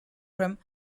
from